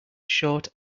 short